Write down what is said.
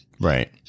right